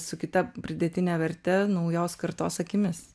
su kita pridėtine verte naujos kartos akimis